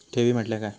ठेवी म्हटल्या काय?